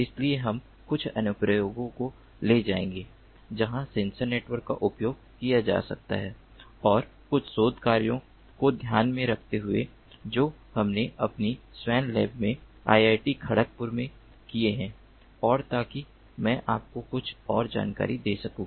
इसलिए हम कुछ अनुप्रयोगों को ले जाएंगे जहां सेंसर नेटवर्क का उपयोग किया जा सकता है और कुछ शोध कार्यों को ध्यान में रखते हुए जो हमने अपनी स्वेन लैब में IIT खड़गपुर में किए हैं और ताकि मैं आपको कुछ और जानकारी दे सकूं